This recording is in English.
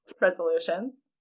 resolutions